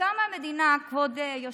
כשקמה המדינה, כבוד היושב-ראש,